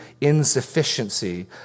insufficiency